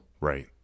right